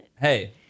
hey